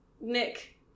Nick